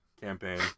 campaign